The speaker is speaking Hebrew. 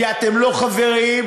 כי אתם לא חבריים.